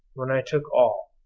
when i took all,